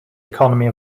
economy